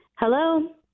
Hello